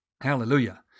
Hallelujah